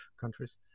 countries